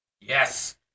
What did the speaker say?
Yes